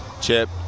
chip